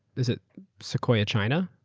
is it sequoia china?